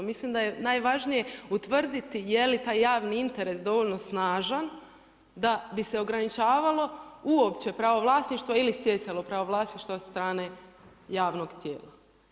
Mislim da je najvažnije utvrditi je li taj javni interes dovoljno snažan da bi se ograničavalo uopće pravo vlasništva ili stjecalo pravo vlasništva od strane javnog tijela.